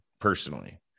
personally